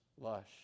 lush